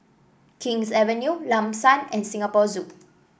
King's Avenue Lam San and Singapore Zoo